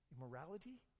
Immorality